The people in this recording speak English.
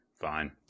fine